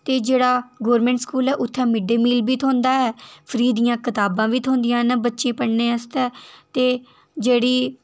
ते जेह्ड़ा government school ऐ उत्थै मिड डे मील बी थ्होंदा ऐ फ्री दियां कताबां बी थ्होंदियां न बच्चें पढ़ने आस्तै ते जेह्ड़ी